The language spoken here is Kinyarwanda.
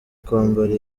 kwambara